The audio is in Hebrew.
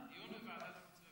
דיון בוועדת חוץ וביטחון.